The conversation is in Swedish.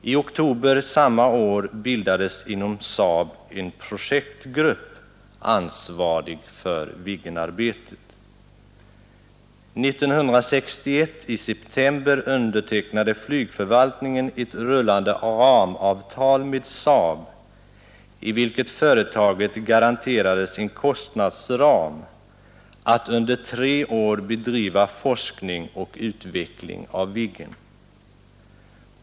I oktober samma år bildades inom SAAB en projektgrupp, ansvarig för Viggenarbetet. I september 1961 undertecknade flygförvaltningen ett rullande ramavtal med SAAB i vilket företaget garanterades en kostnadsram för att under tre år bedriva forskning och utveckling av Viggen.